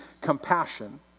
compassion